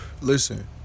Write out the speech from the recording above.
Listen